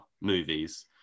movies